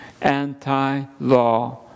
anti-law